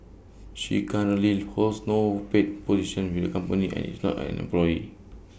she currently holds no paid position with the company and is not an employee